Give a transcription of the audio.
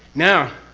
now.